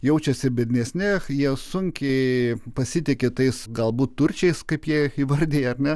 jaučiasi biednesni jie sunkiai pasitiki tais galbūt turčiais kaip jie įvardija a ne